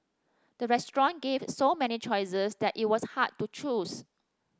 the restaurant gave so many choices that it was hard to choose